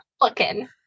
looking